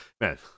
Man